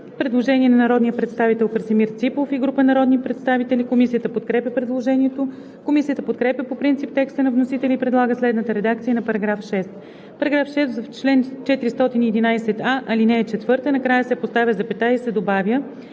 предложение на народния представител Красимир Ципов и група народни представители. Комисията подкрепя предложението. Комисията подкрепя по принцип текста на вносителя и предлага следната редакция на § 6: „§ 6. В чл. 411а, ал. 4 накрая се поставя запетая и се добавя